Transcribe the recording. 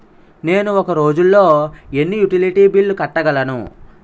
నేను ఒక రోజుల్లో ఎన్ని యుటిలిటీ బిల్లు కట్టగలను?